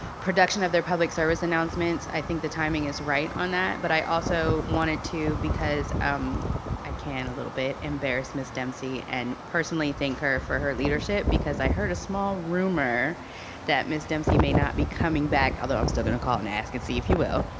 production of their public service announcements, i think the timing is right on that, but i also wanted to because um i can a little bit, embarrass ms. dempsey and personally thank her for her leadership, because i heard a small rumor that ms. dempsey may not be coming back, although i'm still gonna call and ask and see if you will,